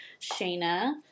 Shayna